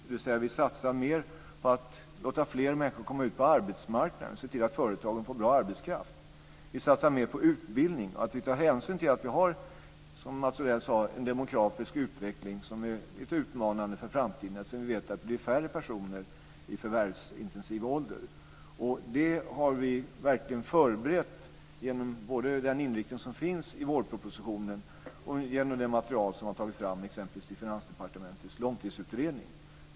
Det kan vi göra om vi satsar mer på att låta fler människor komma ut på arbetsmarknaden och ser till att företagen får bra arbetskraft, om vi satsar mer på utbildning och tar hänsyn till att vi har, som Mats Odell sade, en demografisk utveckling som är lite utmanande för framtiden eftersom vi vet att det blir färre personer i förvärvsintensiv ålder. Det har vi verkligen förberett både genom den inriktning som finns i vårproposition och genom det material som har tagits fram t.ex. i Finansdepartementets långtidsutredning.